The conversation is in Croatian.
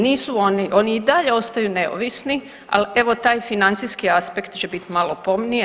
Nisu oni, oni i dalje ostaju neovisni, ali evo taj financijski aspekt će biti malo pomnije.